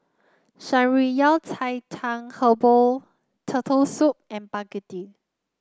Shan Rui Yao Cai Tang Herbal Turtle Soup and begedil